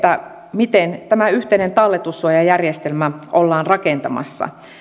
miten tämä yhteinen talletussuojajärjestelmä ollaan rakentamassa